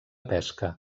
pesca